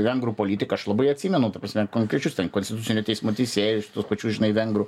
vengrų politika aš labai atsimenu ta prasme konkrečius ten konstitucinio teismo teisėjus tuos pačius žinai vengrų